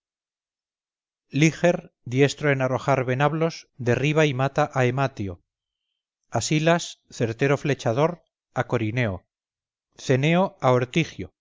liger diestro en arrojar venablos derriba y mata a ematio asilas certero flechador a corineo ceneo a ortigio